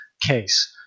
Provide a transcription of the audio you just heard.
case